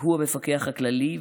הוא המפקח הכללי,